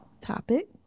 Topic